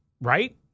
Right